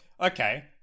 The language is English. Okay